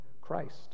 Christ